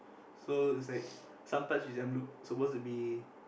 so it's like some parts when I'm supposed to be